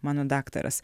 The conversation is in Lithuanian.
mano daktaras